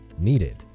needed